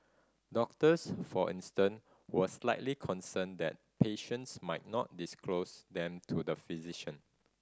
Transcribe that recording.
doctors for instant were slightly concerned that patients might not disclose them to the physician